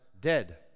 dead